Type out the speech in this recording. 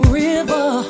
river